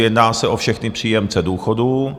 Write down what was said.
Jedná se o všechny příjemce důchodů.